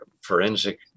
forensic